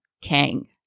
Kang